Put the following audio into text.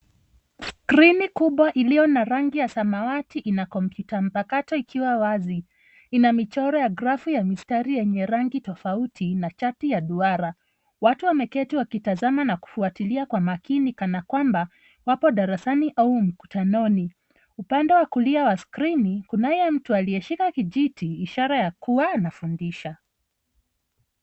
Skrini kubwa iliyo na rangi ya samawati ina kompyuta mpakato ikiwa wazi. Ina michoro ya grafu ya mistari yenye rangi tofauti na chati ya duara. Watu wameketi wakitazama na kufuatilia kwa makini kana kwamba wapo darasani au mkutanoni. Upande wa kulia wa skrini, kunaye mtu aliyeshika kijiti, ishara ya kuwa anafundisha.